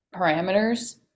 parameters